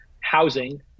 housing